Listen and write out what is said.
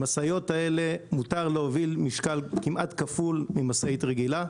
למשאיות האלה מותר להוביל משקל כמעט כפול ממשאית רגילה.